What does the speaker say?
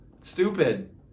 Stupid